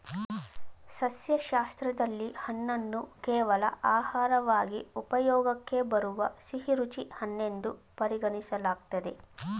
ಸಸ್ಯಶಾಸ್ತ್ರದಲ್ಲಿ ಹಣ್ಣನ್ನು ಕೇವಲ ಆಹಾರವಾಗಿ ಉಪಯೋಗಕ್ಕೆ ಬರುವ ಸಿಹಿರುಚಿ ಹಣ್ಣೆನ್ದು ಪರಿಗಣಿಸಲಾಗ್ತದೆ